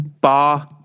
Ba